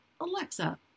Alexa